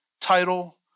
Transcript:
title